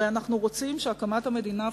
הרי אנחנו רוצים שהקמת המדינה הפלסטינית,